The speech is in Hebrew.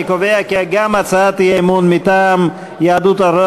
אני קובע כי גם הצעת האי-אמון מטעם יהדות התורה,